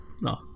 no